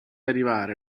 arrivare